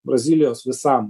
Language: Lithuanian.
brazilijos visam